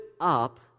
up